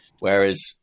Whereas